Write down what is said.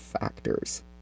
factors